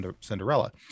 Cinderella